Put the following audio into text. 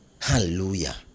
Hallelujah